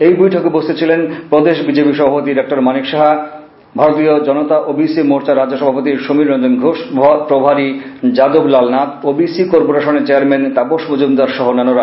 এই বৈঠকে উপস্থিত ছিলেন প্রদেশ বিজেপি সভাপতি ডঃ মানিক সাহা ভারতীয় জনতা ওবিসি মোর্চার রাজ্য সভাপতি সমীর রঞ্জন ঘোষ প্রভারি যাদব লাল নাথ ওবিসি কর্পোরেশনের চেয়ারম্যান তাপস মজুমদার সহ অন্যান্যরা